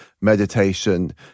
meditation